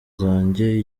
zanjye